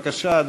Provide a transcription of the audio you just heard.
בבקשה,